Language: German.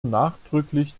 nachdrücklich